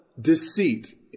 deceit